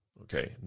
Okay